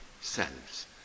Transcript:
selves